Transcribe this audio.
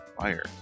fire